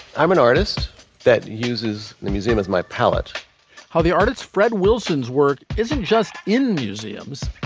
i'm an artist that uses the museum as my palette how the artists fred wilson's work isn't just in museums.